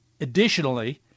additionally